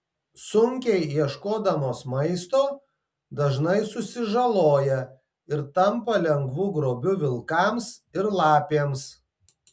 sunkiai ieškodamos maisto dažnai susižaloja ir tampa lengvu grobiu vilkams ir lapėms